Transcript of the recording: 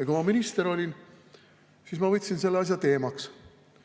Kui ma minister olin, siis ma võtsin selle asja teemaks.